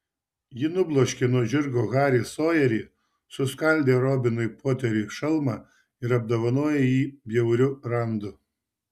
ji nubloškė nuo žirgo harį sojerį suskaldė robinui poteriui šalmą ir apdovanojo jį bjauriu randu